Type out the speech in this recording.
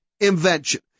invention